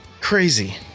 crazy